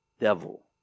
devil